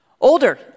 Older